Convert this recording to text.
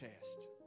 test